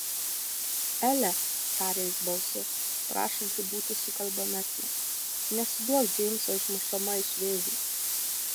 ele tarė jis balsu prašančiu būti sukalbamesnę nesiduok džeimso išmušama iš vėžių